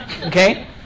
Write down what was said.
Okay